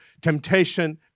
temptation